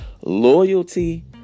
loyalty